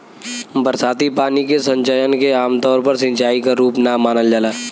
बरसाती पानी के संचयन के आमतौर पर सिंचाई क रूप ना मानल जाला